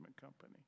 Company